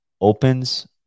Opens